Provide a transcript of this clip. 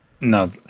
no